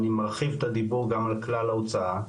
אני מרחיב את הדיבור גם על כלל ההוצאה,